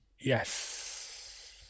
Yes